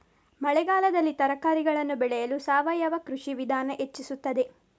ಮಳೆಗಾಲದಲ್ಲಿ ತರಕಾರಿಗಳನ್ನು ಬೆಳೆಯಲು ಸಾವಯವ ಕೃಷಿಯ ವಿಧಾನ ಹೆಚ್ಚಿಸುತ್ತದೆ?